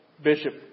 Bishop